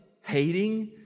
hating